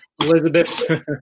Elizabeth